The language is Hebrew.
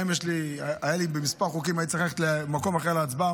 בכמה חוקים הייתי צריך ללכת למקום אחר להצבעה.